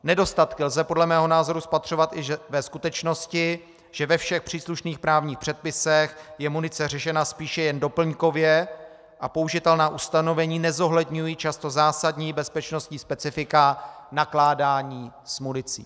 Nedostatky lze podle mého názoru spatřovat i ve skutečnosti, že ve všech příslušných právních předpisech je munice řešena spíše jen doplňkově a použitelná ustanovení nezohledňují často zásadní bezpečnostní specifika nakládání s municí.